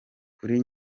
kuri